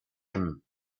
him